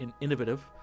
innovative